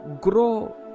Grow